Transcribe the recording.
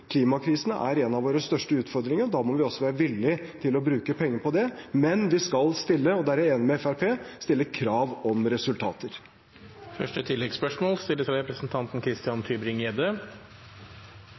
Klimakrisen er en av våre største utfordringer. Da må vi også være villige til å bruke penger på det. Men vi skal – og der er jeg enig med Fremskrittspartiet – stille krav om